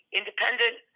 independent